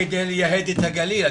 כדי לייהד את הגליל.